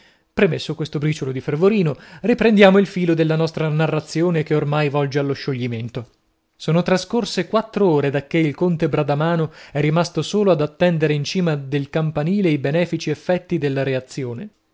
premesso questo briciolo di fervorino riprendiamo il filo della nostra narrazione che ormai volge allo scioglimento sono trascorse quattro ore dacchè il conte bradamano è rimasto solo ad attendere in cima del campanile i benefici effetti della reazione